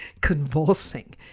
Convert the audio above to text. convulsing